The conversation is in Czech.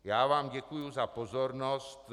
Já vám děkuji za pozornost.